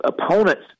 opponents